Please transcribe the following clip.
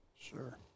Sure